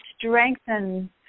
strengthen